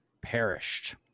perished